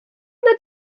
nad